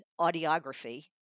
audiography